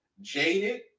Jaded